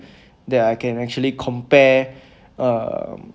that I can actually compare uh